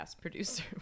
producer